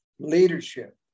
leadership